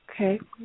Okay